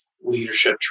leadership